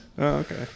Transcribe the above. Okay